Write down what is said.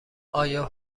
آیا